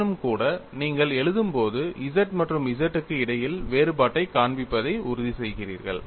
ஆயினும்கூட நீங்கள் எழுதும் போது z மற்றும் Z க்கு இடையில் வேறுபாட்டைக் காண்பிப்பதை உறுதிசெய்கிறீர்கள்